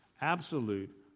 absolute